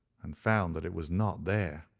and found that it was not there.